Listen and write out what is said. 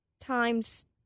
times